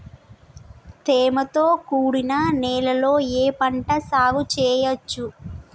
తేమతో కూడిన నేలలో ఏ పంట సాగు చేయచ్చు?